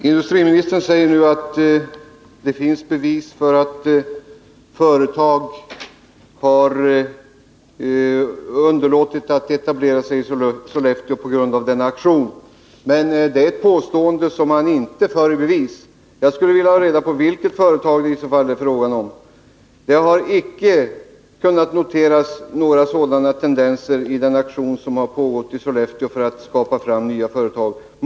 Herr talman! Industriministern säger nu att det finns bevis för att företag har underlåtit att etablera sig i Sollefteå på grund av denna aktion. Men det är ett påstående som han inte leder i bevis. Jag skulle vilja ha reda på vilket företag det i så fall är fråga om. Några sådana tendenser har inte kunnat noteras under det arbete som pågått i Sollefteå för att få fram nya företag.